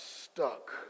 stuck